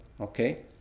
okay